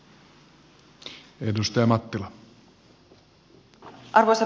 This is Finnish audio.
arvoisa puhemies